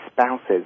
spouses